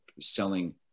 selling